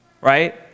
right